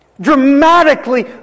Dramatically